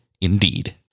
Indeed